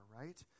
right